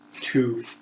two